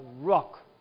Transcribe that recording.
rock